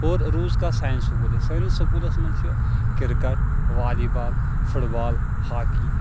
اور روٗز کَتھ سانہِ سکوٗلٕچ سٲنِس سکوٗلَس منٛز چھِ cricket volleyball football hockey